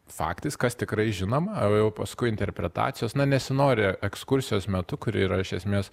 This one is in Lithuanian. faktais kas tikrai žinoma o jau paskui interpretacijos na nesinori ekskursijos metu kuri yra iš esmės